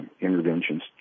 interventions